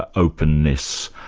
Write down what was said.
ah openness,